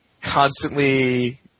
constantly